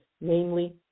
namely